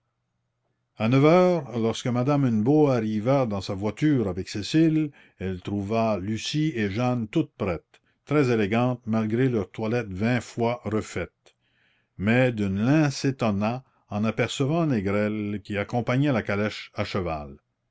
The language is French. a neuf heures lorsque madame hennebeau arriva dans sa voiture avec cécile elle trouva lucie et jeanne toutes prêtes très élégantes malgré leurs toilettes vingt fois refaites mais deneulin s'étonna en apercevant négrel qui accompagnait la calèche à cheval